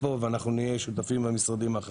ד"ר ת'אבת אבו ראס, מנהל, שותף יוזמות אברהם.